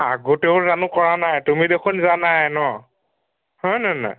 আগতেও জানো কৰা নাই তুমি দেখোন জানাই ন হয় নে নাই